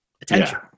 attention